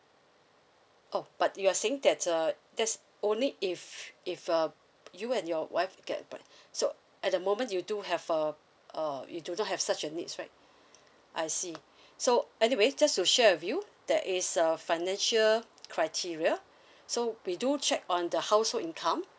oh but you're saying that uh there's only if if uh you and your wife get so at the moment you do have a uh you do not have such a needs right I see so anyways just to share with you that is a financial criteria so we do check on the household income